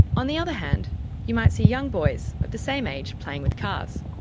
on the other hand, you might see young boys of the same age playing with cars.